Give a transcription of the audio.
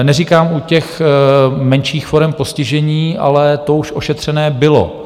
Neříkám u těch menších forem postižení, ale to už ošetřené bylo.